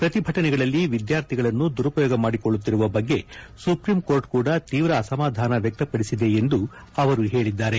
ಪ್ರತಿಭಟನೆಗಳಲ್ಲಿ ವಿದ್ಯಾರ್ಥಿಗಳನ್ನು ದುರುಪಯೋಗ ಮಾಡಿಕೊಳ್ಳುತ್ತಿರುವ ಬಗ್ಗೆ ಸುಪ್ರೀಂಕೋರ್ಟ್ ಕೂಡ ತೀವ್ರ ಅಸಮಧಾನ ವ್ಚಕ್ತಪಡಿಸಿದೆ ಎಂದು ಅವರು ಹೇಳಿದ್ದಾರೆ